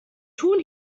tun